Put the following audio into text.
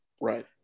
right